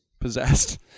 possessed